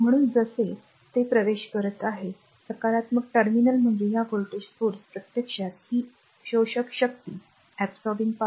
म्हणून जसे ते प्रवेश करत आहे सकारात्मक टर्मिनल म्हणजे हा व्होल्टेज स्त्रोत प्रत्यक्षात ही शोषक शक्ती absorbing power